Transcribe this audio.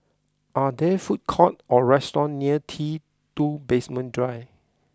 are there food courts or restaurants near T two Basement Drive